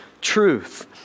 truth